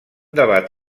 debat